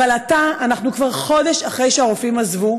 אבל עתה, אנחנו כבר חודש אחרי שהרופאים עזבו,